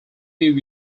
few